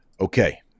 Okay